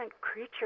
creature